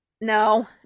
No